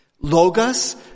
Logos